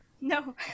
No